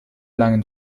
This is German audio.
langen